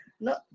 no